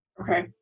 Okay